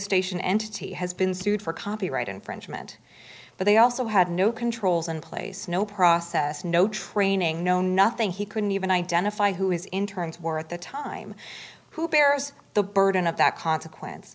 station entity has been sued for copyright infringement but they also had no controls in place no process no training no nothing he couldn't even identify who was in turns were at the time who bears the burden of that consequence